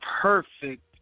perfect